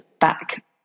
back